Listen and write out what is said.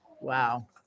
Wow